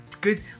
good